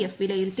F വിലയിരുത്തി